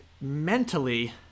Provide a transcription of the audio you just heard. mentally